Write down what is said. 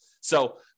So-